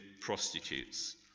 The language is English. prostitutes